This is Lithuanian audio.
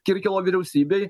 kirkilo vyriausybei